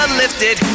lifted